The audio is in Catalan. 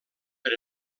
per